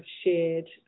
shared